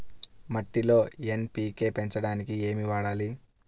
మట్టిలో ఎన్.పీ.కే పెంచడానికి ఏమి వాడాలి?